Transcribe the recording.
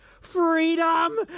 Freedom